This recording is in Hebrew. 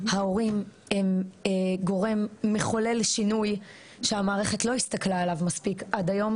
ההורים הם גורם מחולל שינוי שהמערכת לא הסתכלה עליו מספיק עד היום